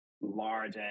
large